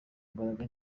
imbaraga